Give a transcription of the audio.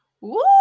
Woo